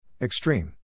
Extreme